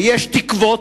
ויש תקוות,